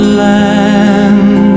land